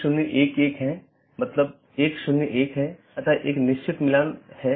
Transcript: तो autonomous system या तो मल्टी होम AS या पारगमन AS हो सकता है